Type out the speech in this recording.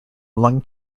lung